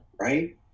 Right